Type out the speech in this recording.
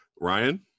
Ryan